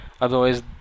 otherwise